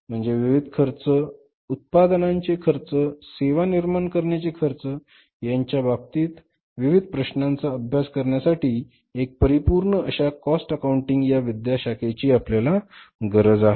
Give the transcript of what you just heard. म्हणजे विविध खर्च उत्पादनांचे खर्च सेवा निर्माण करण्याचे खर्च यांच्या बाबीतील विविध प्रश्नांचा अभ्यास करण्यासाठी एक परिपूर्ण अशा कॉस्ट अकाउंटिंग या विद्याशाखेची आपल्याला गरज आहे